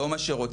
לא מה שרוצים,